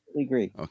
agree